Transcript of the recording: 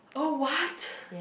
oh what